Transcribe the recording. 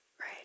right